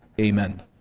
Amen